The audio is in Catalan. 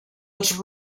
els